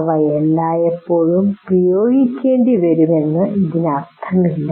അവയെല്ലാം എല്ലായ്പ്പോഴും ഉപയോഗിക്കേണ്ടിവരുമെന്ന് ഇതിനർത്ഥമില്ല